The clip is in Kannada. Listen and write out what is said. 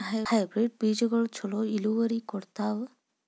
ಹೈಬ್ರಿಡ್ ಬೇಜಗೊಳು ಛಲೋ ಇಳುವರಿ ಕೊಡ್ತಾವ?